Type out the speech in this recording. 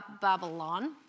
Babylon